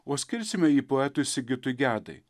o skirsime jį poetui sigitui gedai